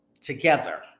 together